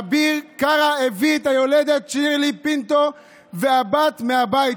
אביר קארה הביא את היולדת שירלי פינטו והבת מהבית,